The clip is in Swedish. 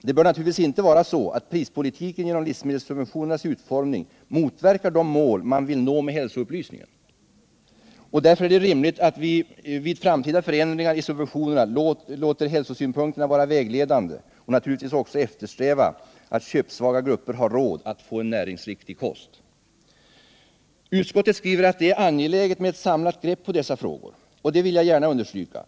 Det bör naturligtvis inte vara så att prispolitiken genom livsmedelssubventionernas utformning motverkar de mål man vill uppnå med hälsoupplysningen. Därför är det rimligt att vi vid framtida ändringar i subventionerna låter hälsosynpunkterna vara vägledande och naturligtvis också eftersträvar att köpsvaga grupper har råd att få en näringsriktig kost. Utskottet skriver att det är angeläget med ett samlat grepp på dessa frågor. Det vill jag gärna understryka.